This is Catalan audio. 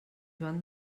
joan